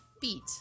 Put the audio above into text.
Beat